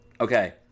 Okay